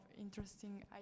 interesting